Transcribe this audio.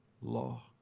law